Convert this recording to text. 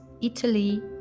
Italy